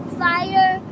fire